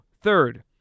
third